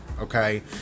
okay